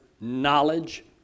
knowledge